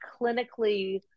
clinically